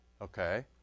Okay